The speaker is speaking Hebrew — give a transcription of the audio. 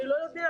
אני לא יודע.